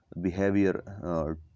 behavior